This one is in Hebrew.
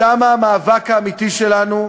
שם המאבק האמיתי שלנו,